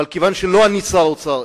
אבל כיוון שלא אני שר האוצר,